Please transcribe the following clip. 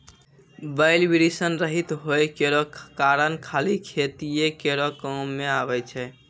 बैल वृषण रहित होय केरो कारण खाली खेतीये केरो काम मे आबै छै